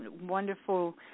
wonderful